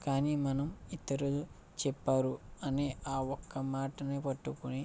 కానీ మనం ఇతరులు చెప్పారు అని ఆ ఒక్క మాటని పట్టుకొని